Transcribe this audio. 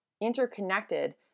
interconnected